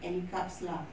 any cups lah